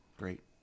Great